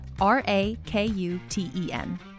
R-A-K-U-T-E-N